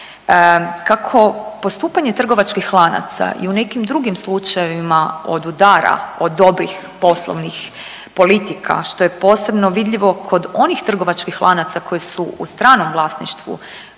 Kako postupanje trgovačkih lanaca i u nekim drugim slučajevima odudara od dobrih poslovnih politika što je posebno vidljivo kod onih trgovačkih lanaca koji su u stranom vlasništvu,